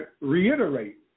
reiterate